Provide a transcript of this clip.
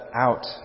out